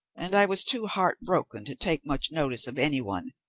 and i was too heart-broken to take much notice of anyone,